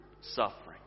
suffering